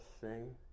sing